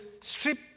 strip